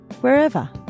wherever